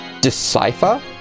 decipher